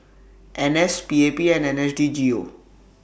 N S P A P and N S D G O